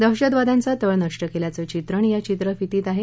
दहशतवाद्यांचा तळ नष्ट केल्याचं चित्रण या चित्रफितीत आहे